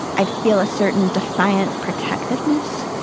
i feel a certain defiant protectiveness.